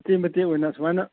ꯃꯇꯦꯛ ꯃꯇꯦꯛ ꯑꯣꯏꯅ ꯁꯨꯃꯥꯏꯅ